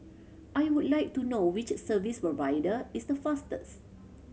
I would like to know which service provider is the fastest